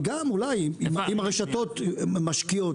אולי אם הרשתות משקיעות,